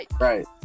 Right